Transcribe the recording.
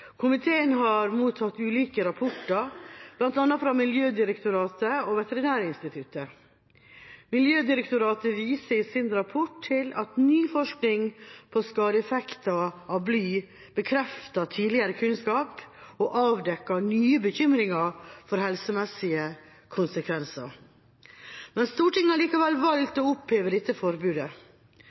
Komiteen har mottatt ulike rapporter, bl.a. fra Miljødirektoratet og Veterinærinstituttet. Miljødirektoratet viser i sin rapport til at ny forskning på skadeeffekter av bly bekrefter tidligere kunnskap og avdekker nye bekymringer for helsemessige konsekvenser. Stortinget har likevel valgt å oppheve dette forbudet.